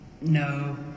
No